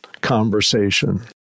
conversation